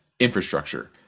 Infrastructure